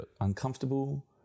uncomfortable